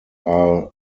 are